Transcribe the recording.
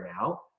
now